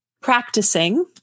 practicing